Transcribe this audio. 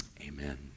amen